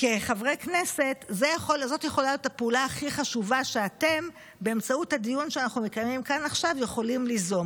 כחברי כנסת זאת יכולה להיות הפעולה הכי חשובה שאתם יכולים ליזום,